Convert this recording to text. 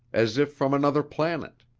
as if from another planet.